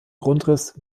grundriss